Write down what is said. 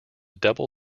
double